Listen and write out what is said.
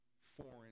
foreign